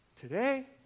Today